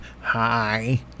Hi